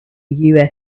used